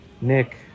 nick